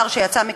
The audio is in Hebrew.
ותאמינו לי,